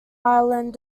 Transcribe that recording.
ireland